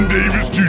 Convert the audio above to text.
Davis